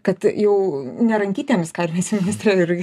kad jau ne rankytėmis ką ir viceministrė ir